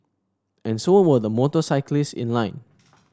and so were the motorcyclists in line